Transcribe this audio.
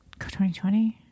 2020